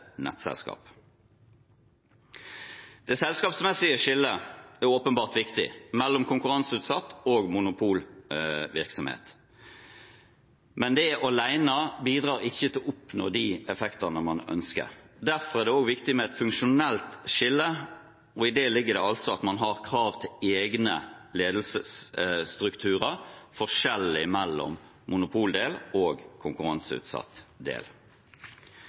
nettselskap. Det selskapsmessige skillet mellom konkurranseutsatt virksomhet og monopolvirksomhet er viktig, men det alene bidrar ikke til å oppnå de effektene man ønsker. Derfor er det også viktig med et funksjonelt skille, og i det ligger det at man har krav til egne ledelsesstrukturer, forskjellig mellom monopoldel og konkurranseutsatt del.